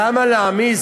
למה להעמיס?